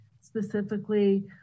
specifically